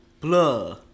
Blah